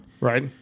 right